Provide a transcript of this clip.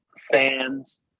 fans